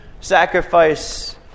sacrifice